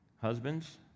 Husbands